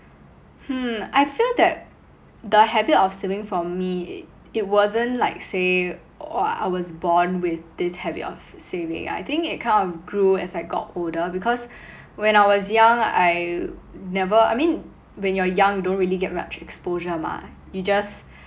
hmm I feel that the habit of saving from me it wasn't like say oh I was born with this habit of saving I think it kind of grew as I got older because when I was young I never I mean when you're young don't really get much exposure mah you just